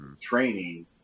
training